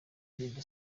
ndirimbo